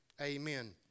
Amen